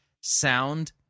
sound